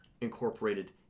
incorporated